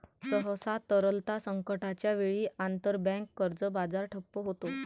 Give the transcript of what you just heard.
सहसा, तरलता संकटाच्या वेळी, आंतरबँक कर्ज बाजार ठप्प होतो